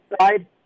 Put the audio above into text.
side